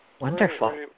Wonderful